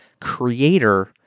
creator